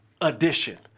edition